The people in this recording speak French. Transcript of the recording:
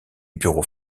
bureau